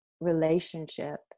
relationship